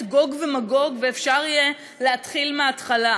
גוג ומגוג ואפשר יהיה להתחיל מהתחלה,